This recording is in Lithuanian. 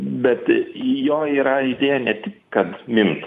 bet jo yra idėja ne tik kad mint